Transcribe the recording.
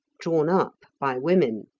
drawn up by women.